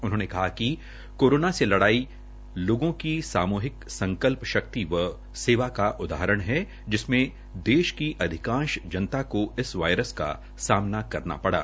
उन्होंने कहा कि कोरोना से लड़ाई लोगों की सामूहिक संकल्प शक्ति व सेवा का उदाहरण है जिसमें देश की अधिकांश जनता को इस वायरस का सामना करना पड़ा